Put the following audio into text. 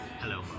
hello